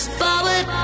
forward